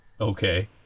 Okay